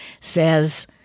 says